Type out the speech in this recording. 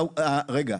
רגע,